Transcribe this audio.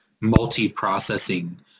multi-processing